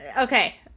Okay